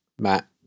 Matt